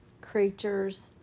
creatures